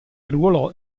arruolò